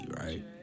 right